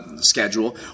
schedule